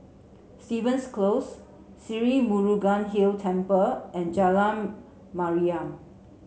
Stevens Close Sri Murugan Hill Temple and Jalan Mariam